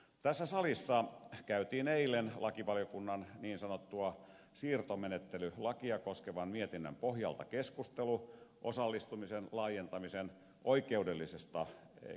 tässä salissa käytiin eilen lakivaliokunnan niin sanottua siirtomenettelylakia koskevan mietinnön pohjalta keskustelu osallistumisen laajentamisen oikeudellisesta kehyksestä